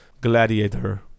gladiator